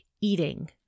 eating